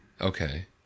Okay